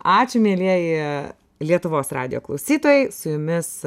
ačiū mielieji lietuvos radijo klausytojai su jumis